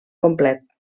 complet